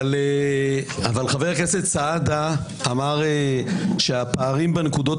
חבר הכנסת סעדה אמר שהפערים בנקודות